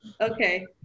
Okay